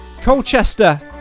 Colchester